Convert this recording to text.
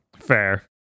Fair